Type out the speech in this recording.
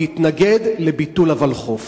להתנגד לביטול הוולחו"ף.